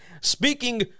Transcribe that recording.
Speaking